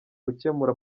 gukemura